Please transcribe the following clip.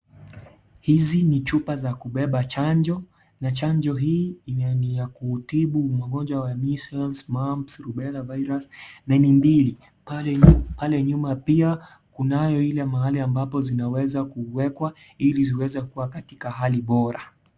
Hizi ni chupa za kubeba chanjo na chanjo hii ni ya kutibu magonjwa ya Measles, Mumphs, Rubella Virus na ni mbili, pale nyuma pia kunayo ile mahali ambapo zinaweza kuwekwa ili ziweze kuwa katika hali bora.